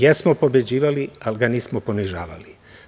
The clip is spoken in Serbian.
Jesmo pobeđivali, ali ga nismo ponižavali.